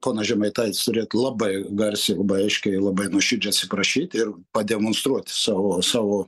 ponas žemaitaitis turėtų labai garsiai aiškiai labai nuoširdžiai atsiprašyt ir pademonstruoti savo savo